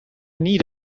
need